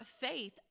faith